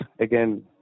again